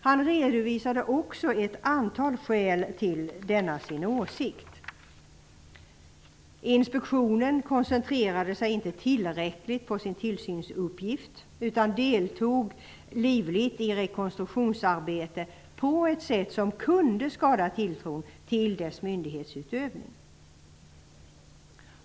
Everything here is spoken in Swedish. Han redovisade också ett antal skäl till denna sin åsikt. Inspektionen koncentrerade sig inte tillräckligt på sin tillsynsuppgift, utan deltog livligt i rekonstruktionsarbete på ett sätt som kunde skada tilltron till dess myndighetsutövning.